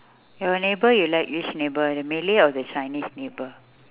your neighbour you like which neighbour the malay or the chinese neighbour